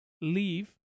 leave